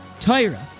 Tyra